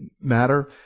matter